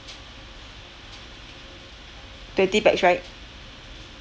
twenty pax right